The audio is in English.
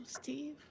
Steve